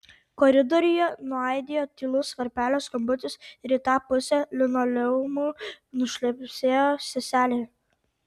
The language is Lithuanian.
koridoriuje nuaidėjo tylus varpelio skambutis ir į tą pusę linoleumu nušlepsėjo seselė